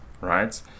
right